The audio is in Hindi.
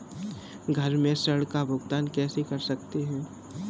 घर से ऋण का भुगतान कैसे कर सकते हैं?